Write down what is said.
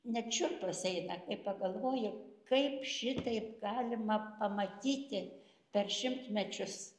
net šiurpas eina kai pagalvoji kaip šitaip galima pamatyti per šimtmečius